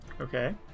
Okay